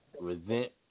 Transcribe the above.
resent